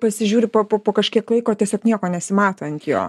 pasižiūri po po kažkiek laiko tiesiog nieko nesimato ant jo